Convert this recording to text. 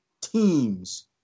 teams